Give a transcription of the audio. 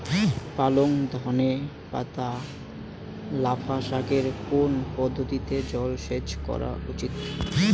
পালং ধনে পাতা লাফা শাকে কোন পদ্ধতিতে জল সেচ করা উচিৎ?